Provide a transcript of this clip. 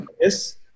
yes